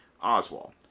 Oswald